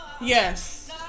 Yes